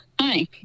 hi